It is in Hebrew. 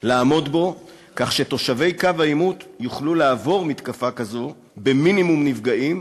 לעמוד בו כך שתושבי קו העימות יוכלו לעבור מתקפה כזו במינימום נפגעים,